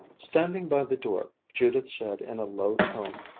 standing by the door, judith said in a low tone,